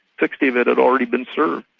sixty that had already been served.